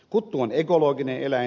kuttu on ekologinen eläin